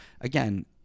again